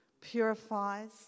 purifies